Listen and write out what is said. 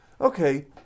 okay